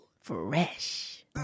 Fresh